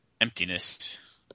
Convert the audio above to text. emptiness